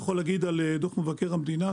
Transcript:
אני יכול להגיד שדוח מבקר המדינה,